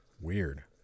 Weird